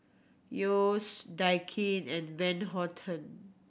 Yeo's Daikin and Van Houten